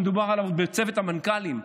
שמדובר עליו בצוות המנכ"לים,